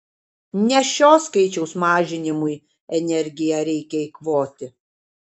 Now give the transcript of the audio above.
ne šio skaičiaus mažinimui energiją reikia eikvoti